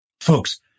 Folks